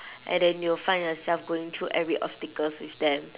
and then you'll find yourself going through every obstacles with them